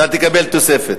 אתה תקבל תוספת.